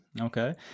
Okay